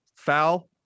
foul